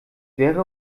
wäre